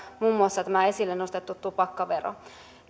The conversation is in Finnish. muun muassa tämä esille nostettu tupakkavero